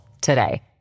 today